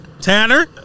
Tanner